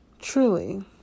Truly